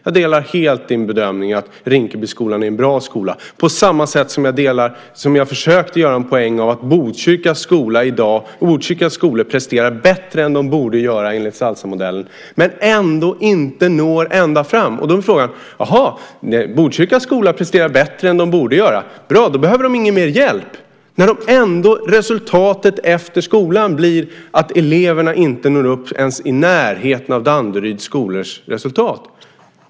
Jag delar helt din bedömning att Rinkebyskolan är en bra skola, på samma sätt som jag delar uppfattningen - jag försökte göra en poäng av det - att Botkyrkas skola i dag presterar bättre än den borde göra enligt Salsamodellen men ändå inte når ända fram. Då är frågan om man ska resonera så: Jaha, Botkyrkas skola presterar bättre än den borde göra. Bra, då behöver de ingen mer hjälp! Och ändå blir resultatet efter skolan att eleverna inte når upp ens i närheten av Danderyds skolors resultat.